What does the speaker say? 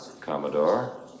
Commodore